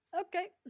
Okay